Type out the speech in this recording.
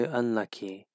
unlucky